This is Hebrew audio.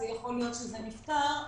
אז יכול להיות שזה נפתר.